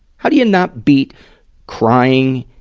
how do you not beat crying,